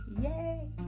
Yay